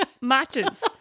matches